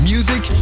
Music